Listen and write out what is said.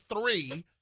three